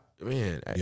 man